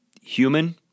human